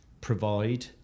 provide